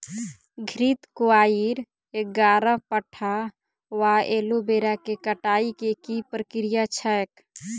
घृतक्वाइर, ग्यारपाठा वा एलोवेरा केँ कटाई केँ की प्रक्रिया छैक?